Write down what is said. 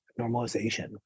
normalization